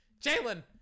Jalen